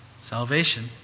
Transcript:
Salvation